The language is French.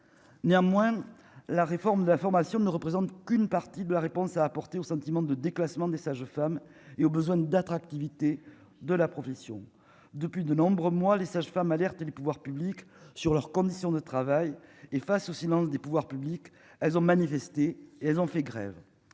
néanmoins, la réforme de la formation ne représente qu'une partie de la réponse à apporter au sentiment de déclassement des sages-femmes et au besoin d'attractivité de la profession depuis de nombreux mois, les sages-femmes alerter les pouvoirs publics sur leurs conditions de travail et face au silence des pouvoirs publics, elles ont manifesté, elles ont fait grève